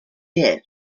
year